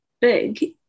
big